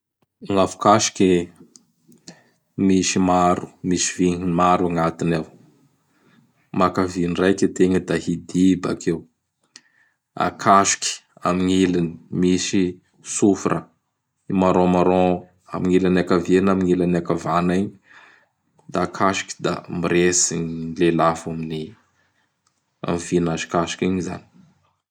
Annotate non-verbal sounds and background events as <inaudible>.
<noise> Gn'afokasiky misy maro, misy vihiny maro agnatiny ao. Maka vihiny raiky ategna da hidia i bakeo. Akasoky amin'gny ilany misy souffre. I marron marron am gn' ilany akavia na am gn'ilany akavagna igny; da akasoky da miresaky gny lel'afo amin'gny vy an'afokokasoky igny zany. <noise>